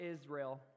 Israel